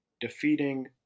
defeating